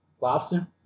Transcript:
Lobster